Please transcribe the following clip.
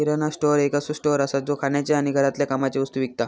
किराणा store एक असो store असा जो खाण्याचे आणि घरातल्या कामाचे वस्तु विकता